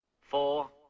Four